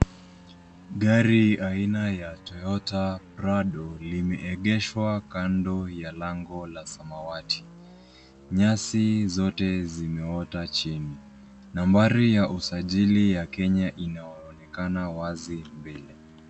Gari aina ya Toyota Prado limeegeshwa kando ya lango la samawati. Nyasi zote zimeota chini. Nambari ya usajili ya Kenya inaonekana wazi mbele.